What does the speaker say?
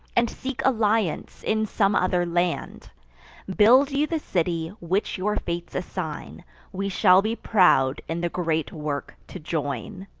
and seek alliance in some other land build you the city which your fates assign we shall be proud in the great work to join.